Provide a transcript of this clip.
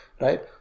right